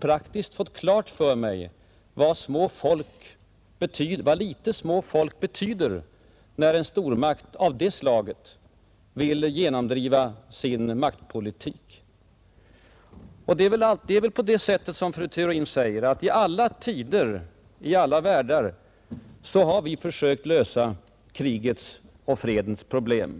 praktiskt fått klart för mig hur litet små folk betyder när en stormakt av det slaget vill genomdriva sin maktpolitik. Det är väl på det sättet som fru Theorin säger att i alla tider, i alla världar, har man försökt lösa krigets och fredens problem.